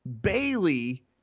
Bailey